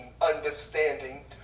understanding